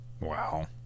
Wow